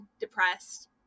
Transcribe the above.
depressed